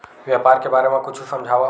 व्यापार के बारे म कुछु समझाव?